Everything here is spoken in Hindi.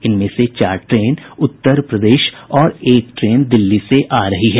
इनमें से चार ट्रेन उत्तर प्रदेश और एक ट्रेन दिल्ली से आ रही है